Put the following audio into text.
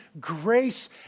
grace